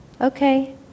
okay